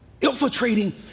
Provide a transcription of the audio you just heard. infiltrating